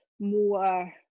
more